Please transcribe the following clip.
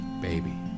Baby